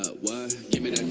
was